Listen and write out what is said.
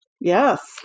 Yes